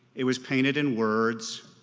it was painted in words.